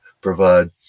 provide